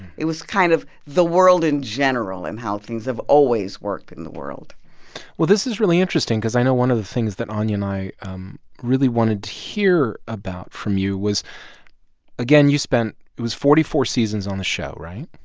it was kind of the world in general and how things have always worked in the world well, this is really interesting because i know one of the things that anya and i um really wanted to hear about from you was again, you spent it was forty four seasons on the show, right?